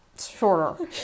shorter